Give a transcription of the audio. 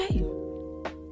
okay